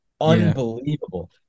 unbelievable